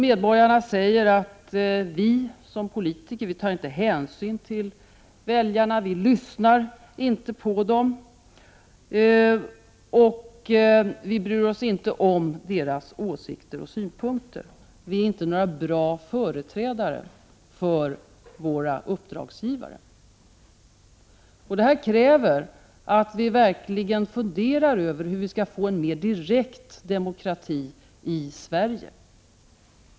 Medborgarna säger att vi som politiker inte tar hänsyn till väljarna, inte lyssnar på dem och inte bryr oss om deras åsikter och synpunkter — inte är bra företrädare för våra uppdragsgivare. Detta kräver att vi verkligen funderar över hur vi skall få en mer direkt demokrati i Sverige.